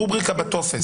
בטופס,